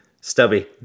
Stubby